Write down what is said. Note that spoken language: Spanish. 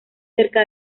cerca